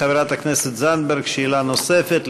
חברת הכנסת זנדברג, שאלה נוספת.